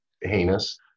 heinous